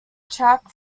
track